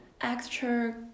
extra